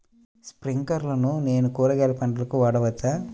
స్ప్రింక్లర్లను నేను కూరగాయల పంటలకు వాడవచ్చా?